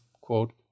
quote